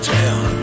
town